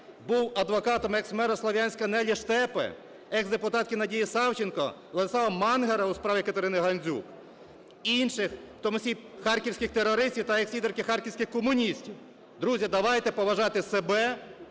був адвокатом екс-мера Слов'янська Нелі Штепи, екс-депутатки Надії Савченко, Владислава Мангера у справі Катерини Гандзюк й інших, в тому числі харківських терористів та екс-лідерки харківських комуністів. Друзі, давайте поважати себе